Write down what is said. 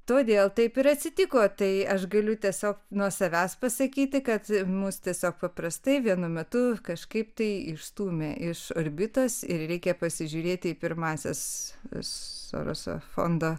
todėl taip ir atsitiko tai aš galiu tiesiog nuo savęs pasakyti kad mus tiesiog paprastai vienu metu kažkaip tai išstūmė iš orbitos ir reikia pasižiūrėti į pirmąsias sorošo fondo